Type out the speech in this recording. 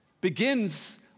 begins